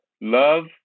love